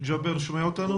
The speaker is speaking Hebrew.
ג'אבר שומע אותנו?